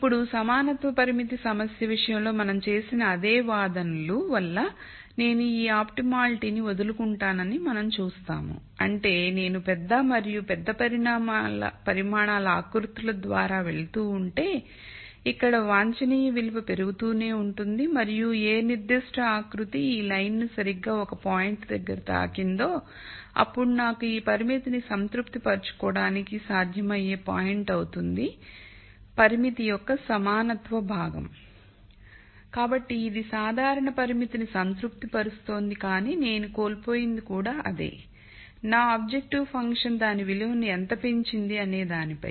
ఇప్పుడు సమానత్వ పరిమితి సమస్య విషయంలో మనం చేసిన అదే వాదనలు వల్ల నేను నా ఆప్టిమాలిటీని వదులుకుంటానని మనం చూస్తాము అంటే నేను పెద్ద మరియు పెద్ద పరిమాణాల ఆకృతుల ద్వారా వెళ్తూ ఉంటే ఇక్కడ వాంఛనీయ విలువ పెరుగుతూనే ఉంటుంది మరియు ఏ నిర్దిష్ట ఆకృతి ఈ లైన్ ను సరిగ్గా ఒక పాయింట్ దగ్గర తాకిందో అప్పుడు నాకు ఈ పరిమితిని సంతృప్తి పరచుకోవడానికి సాధ్యమయ్యే పాయింట్ అవుతుంది పరిమితి యొక్క సమానత్వ భాగం కాబట్టి ఇది సాధారణ పరిమితిని సంతృప్తి పరుస్తోంది కానీ నేను కోల్పోయింది కూడా అదే నా ఆబ్జెక్టివ్ ఫంక్షన్ దాని విలువను ఎంత పెంచింది అనే దానిపై